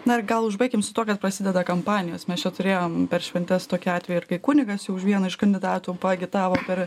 na ir gal užbaikim su tuo kad prasideda kampanijos mes čia turėjom per šventes tokį atvejį ir kai kunigas jau už vieną iš kandidatų paagitavo per